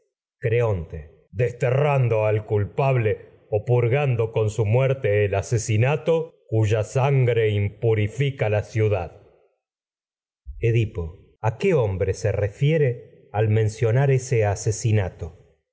la desgracia desterrando al creonte culpable o purgando con su muerte el asesinato cuya sangre se impurifica la ciudad edipo a qué hombre refiere al mencionar ese asesinato